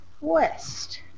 west